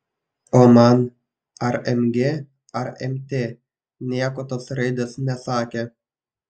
o man ar mg ar mt nieko tos raidės nesakė